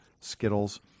Skittles